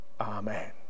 Amen